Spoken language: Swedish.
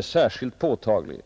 särskilt påtaglig.